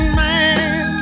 man